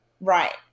Right